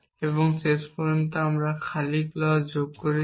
এবং শেষ পর্যন্ত আমরা খালি clause যোগ করেছি